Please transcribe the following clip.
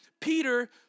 Peter